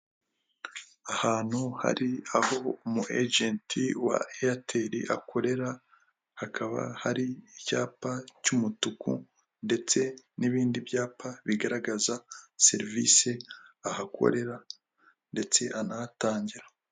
Ahantu hari aho umu egenti wa airtel akorera hakaba hari icyapa cy'umutuku ndetse n'ibindi byapa bigaragaza serivisi ahakorera ndetse anahatangira.